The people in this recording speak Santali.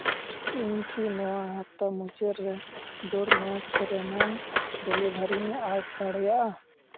ᱤᱧ ᱠᱤ ᱱᱚᱣᱟ ᱦᱟᱯᱛᱟ ᱢᱩᱪᱟᱹᱫ ᱨᱮ ᱰᱳᱨ ᱢᱮᱴᱥ ᱨᱮᱱᱟᱜ ᱰᱮᱞᱤᱵᱷᱟᱨᱤᱧ ᱟᱸᱥ ᱫᱟᱲᱮᱭᱟᱜᱼᱟ